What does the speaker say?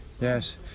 Yes